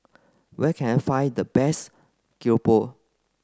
where can I find the best Keropok